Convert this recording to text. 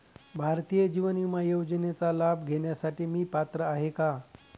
भारतीय जीवन विमा योजनेचा लाभ घेण्यासाठी मी पात्र आहे का?